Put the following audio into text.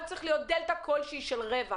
שגם צריכה להיות איזושהי דלתא של רווח,